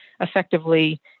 effectively